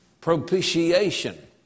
Propitiation